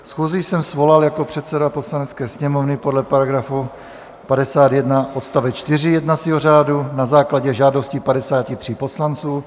Schůzi jsem svolal jako předseda Poslanecké sněmovny podle § 51 odst. 4 jednacího řádu na základě žádosti 53 poslanců.